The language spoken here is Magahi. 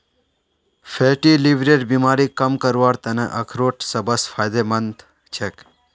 फैटी लीवरेर बीमारी कम करवार त न अखरोट सबस फायदेमंद छेक